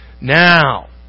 Now